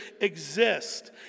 exist